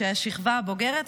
כשהשכבה הבוגרת,